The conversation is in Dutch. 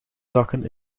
zakken